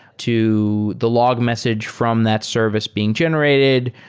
to the log message from that service being generated,